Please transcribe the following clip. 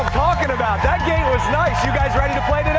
talking about. that was you guys ready to play